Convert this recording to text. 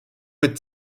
mit